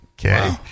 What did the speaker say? okay